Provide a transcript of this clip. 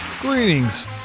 Greetings